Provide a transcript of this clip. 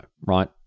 right